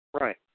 Right